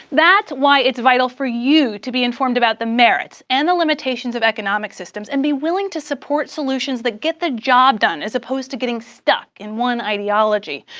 that's why it's vital for you to be informed about the merits and the limits of economic systems and be willing to support solutions that get the job done, as opposed to getting stuck in one ideology.